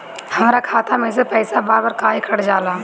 हमरा खाता में से पइसा बार बार काहे कट जाला?